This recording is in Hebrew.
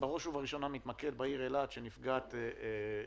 בראש ובראשונה מתמקד בעיר אילת שנפגעת מאוד.